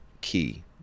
key